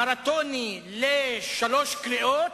מרתוני בשלוש קריאות,